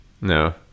No